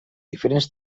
diferents